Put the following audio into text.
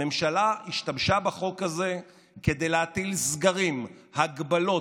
הממשלה השתמשה בחוק הזה כדי להטיל סגרים, הגבלות,